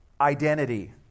identity